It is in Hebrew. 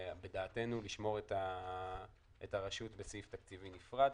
בדעתנו לשמור את הרשות בסעיף תקציבי נפרד.